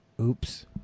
Oops